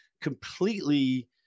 completely